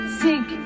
sink